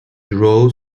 rule